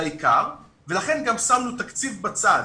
לעיקר, ולכן גם שמנו תקציב בצד